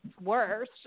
worse